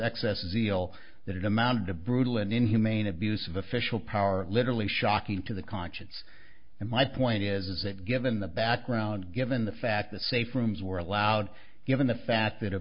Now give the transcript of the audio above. excess zeal that it amounted to brutal and inhumane abuse of official power literally shocking to the conscience and my point is that given the background given the fact the safe rooms were allowed given the fact that